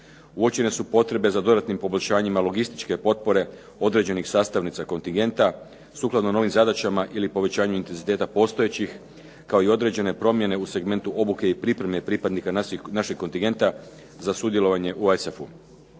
Uočene su potrebe za dodatnim poboljšanjima logističke potpore određenih sastavnica kontingenta, sukladno novim zadaćama ili povećanju intenziteta postojećih, kao i određene promjene u segmentu obuke i pripreme pripadnika našeg kontingenta za sudjelovanju u ISAF-U.